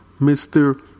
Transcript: Mr